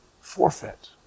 forfeit